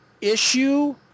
issue